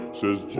says